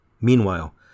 Meanwhile